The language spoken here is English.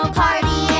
party